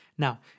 Now